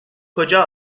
کجا